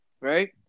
right